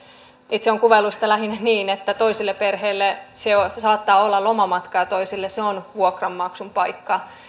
itse olen kuvaillut sitä lähinnä niin että toisille perheille se saattaa olla lomamatka ja toisille se on vuokranmaksun paikka